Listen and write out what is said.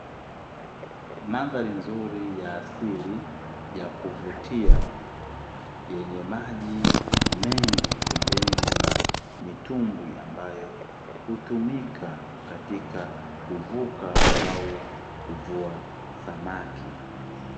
Mandhari nzuri ya asili ya kuvutia, yenye maji mengi, pembeni kuna mitumbwi ambayo hutumika katika kuvuka au kuvua samaki.